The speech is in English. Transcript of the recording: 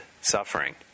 suffering